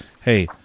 hey